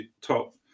top